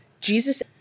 Jesus